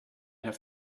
have